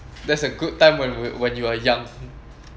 that's a good time when when you are young